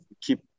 keep